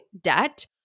debt